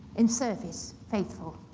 in service, faithful.